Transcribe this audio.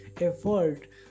effort